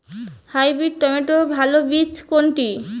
Hybrid টমেটোর ভালো বীজ কোনটি?